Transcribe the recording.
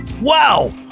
Wow